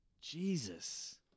Jesus